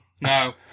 no